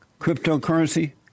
Cryptocurrency